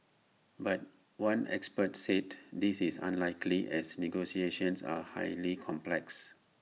but one expert said this is unlikely as negotiations are highly complex